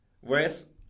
Whereas